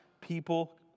people